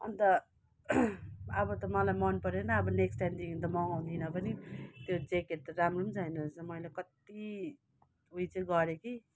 अन्त अब त मलाई मन परेन अब नेक्स्ट टाइमदेखि त मगाउँदिनँ पनि त्यो ज्याकेट त राम्रो पनि छैन रहेछ मैले चाहिँ कति उयो चाहिँ गरेँ कि